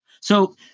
So-